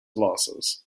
losses